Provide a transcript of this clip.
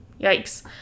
yikes